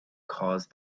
caused